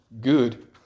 good